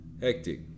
Hectic